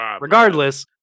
Regardless